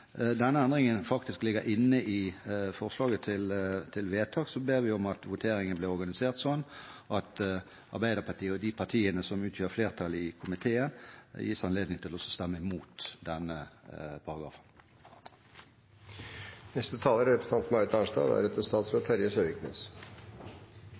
denne endringen. Så vil vi be om følgende: Ettersom denne endringen ligger inne i forslaget til vedtak, ber vi om at voteringen blir organisert slik at Arbeiderpartiet og de partiene som utgjør flertallet i komiteen, gis anledning til å stemme mot denne